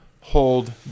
hold